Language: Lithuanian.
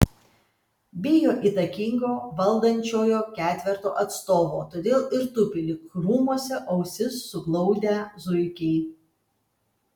bijo įtakingo valdančiojo ketverto atstovo todėl ir tupi lyg krūmuose ausis suglaudę zuikiai